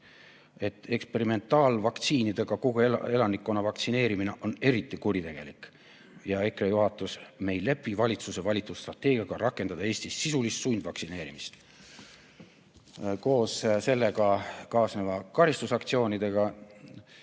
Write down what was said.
eksperimentaalvaktsiinidega kogu elanikkonna vaktsineerimine [---] on eriti kuritegelik." Ja EKRE juhatus: "Me ei lepi valitsuse valitud strateegiaga rakendada Eestis sisulist sundvaktsineerimist koos sellega kaasnevate karistusaktsioonidega,